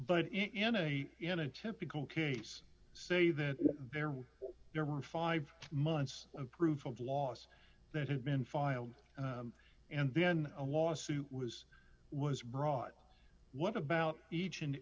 but in a in a typical case say that there were five months of proof of laws that had been filed and then a lawsuit was was brought up what about each and